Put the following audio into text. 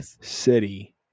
City